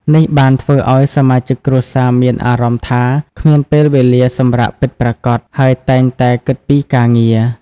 នេះបានធ្វើឱ្យសមាជិកគ្រួសារមានអារម្មណ៍ថាគ្មានពេលវេលាសម្រាកពិតប្រាកដ ហើយតែងតែគិតពីការងារ។